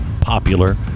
popular